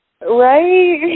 Right